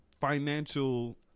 financial